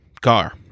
car